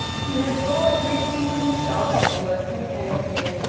he had brought with him from the shop, almost mechanically,